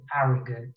arrogant